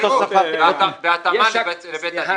שכירות בהתאמה לבית הדין.